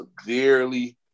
severely –